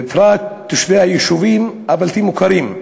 ובפרט תושבי היישובים הבלתי-מוכרים.